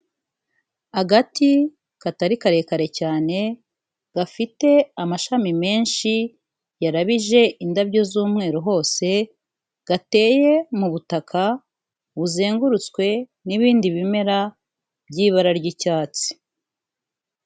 Agati katari karekare cyane gafite amashami menshi yarabije indabyo z'umweru hose, gateye mu butaka buzengurutswe n'ibindi bimera by'ibara ry'icyatsi.